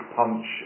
punch